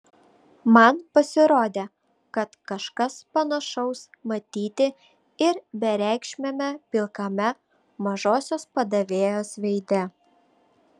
man pasirodė kad kažkas panašaus matyti ir bereikšmiame pilkame mažosios padavėjos veide